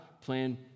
plan